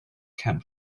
camp